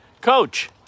Coach